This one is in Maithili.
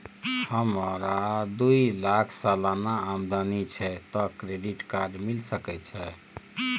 हमरा दू लाख सालाना आमदनी छै त क्रेडिट कार्ड मिल सके छै?